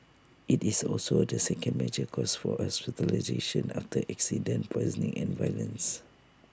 IT is also the second major cause for hospitalisation after accidents poisoning and violence